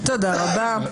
תודה רבה.